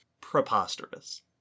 Preposterous